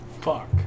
Fuck